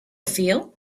feel